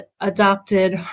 adopted